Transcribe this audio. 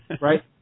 Right